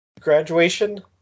graduation